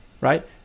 right